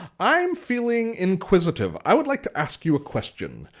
i'm feeling inquisitive. i would like to ask you a question.